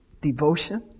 devotion